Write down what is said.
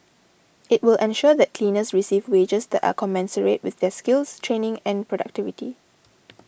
it will ensure that cleaners receive wages that are commensurate with their skills training and productivity